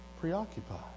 preoccupied